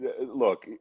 look